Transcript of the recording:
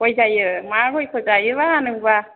गय जायो मा गयखौ जायो बा नोंबा